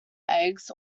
eggs